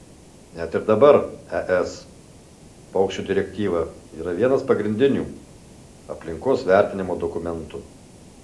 net ir dabar es paukščių direktyva yra vienas pagrindinių aplinkos vertinimo dokumentų